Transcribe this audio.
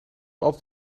altijd